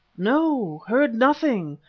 no, heard nothing.